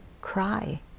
cry